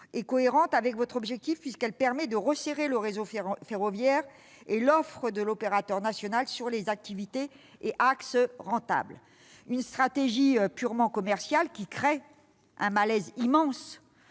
monsieur le secrétaire d'État, puisqu'elle permet de resserrer le réseau ferroviaire et l'offre de l'opérateur national sur les activités et les axes rentables. Cette stratégie purement commerciale crée un malaise immense